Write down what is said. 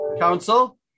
council